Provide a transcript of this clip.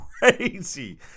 Crazy